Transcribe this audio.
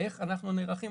איך אנחנו נערכים